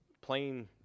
plain